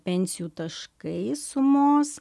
pensijų taškais sumos